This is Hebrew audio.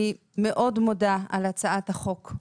אני מאוד מודה על הצעת החוק.